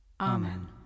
Amen